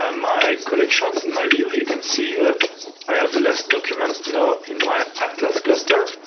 um my collections in my view, you can see that i have less documents now in my atlas cluster.